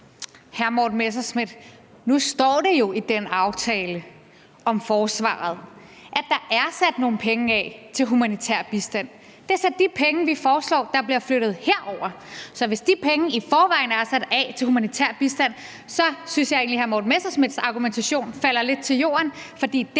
Hr. Morten Messerschmidt, nu står det jo i den aftale om forsvaret, at der er sat nogle penge af til humanitær bistand. Det er så de penge, vi foreslår bliver flyttet herover. Så hvis de penge i forvejen er sat af til humanitær bistand, synes jeg egentlig, at hr. Morten Messerschmidts argumentation falder lidt til jorden,